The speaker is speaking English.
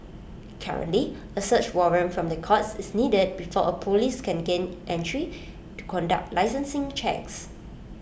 currently A search warrant from the courts is needed before A Police can gain entry conduct licensing checks